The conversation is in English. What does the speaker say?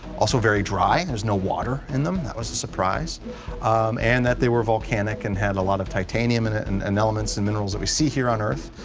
also, very dry. there's no water in them. that was the surprise and that they were volcanic and had a lot of titanium and and an elements and minerals that we see here on earth.